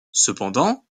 cependant